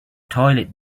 toilet